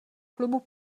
klubu